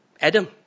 Adam